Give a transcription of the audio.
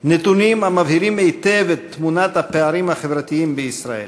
נתונים המבהירים היטב את תמונת הפערים החברתיים בישראל.